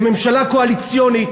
לממשלה קואליציונית,